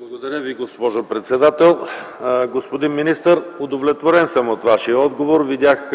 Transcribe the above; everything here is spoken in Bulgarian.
Благодаря Ви, госпожо председател. Господин министър, удовлетворен съм от Вашия отговор. Видях